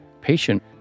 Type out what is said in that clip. patient